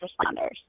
responders